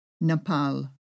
Nepal